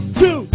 two